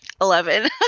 Eleven